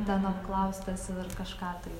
ten apklaustas ir kažką tai